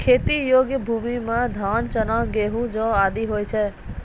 खेती योग्य भूमि म धान, चना, गेंहू, जौ आदि होय छै